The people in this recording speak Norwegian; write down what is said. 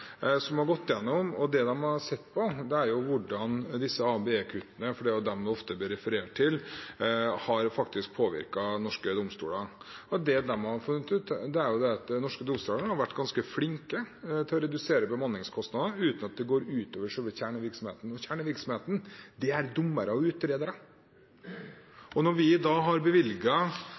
som har gått igjennom og sett på hvordan disse ABE-kuttene, for det er jo dem det ofte blir referert til, faktisk har påvirket norske domstoler. Det de har funnet ut, er at de norske domstolene har vært ganske flinke til å redusere bemanningskostnadene uten at det har gått ut over selve kjernevirksomheten. Og kjernevirksomheten er dommere og utredere. Når vi har